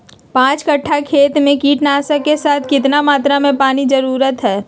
पांच कट्ठा खेत में कीटनाशक के साथ कितना मात्रा में पानी के जरूरत है?